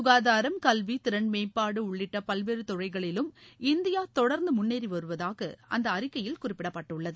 சுகாதாரம் கல்வி திறன் மேம்பாடு உள்ளிட்ட பல்வேறு துறைகளிலும் இந்தியா தொடர்ந்து முன்னேறி வருவதாக அந்த அறிக்கையில் குறிப்பிடப்பட்டுள்ளது